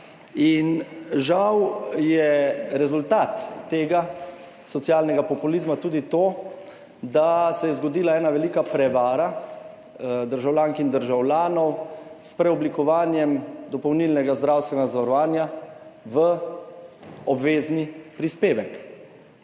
žal je rezultat tega socialnega populizma tudi to, da se je zgodila ena velika prevara državljank in državljanov s preoblikovanjem dopolnilnega zdravstvenega zavarovanja v obvezni prispevek.